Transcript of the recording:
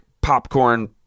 popcorn